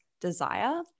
desire